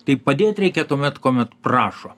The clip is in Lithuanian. taip padėt reikia tuomet kuomet prašo